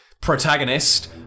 protagonist